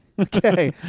Okay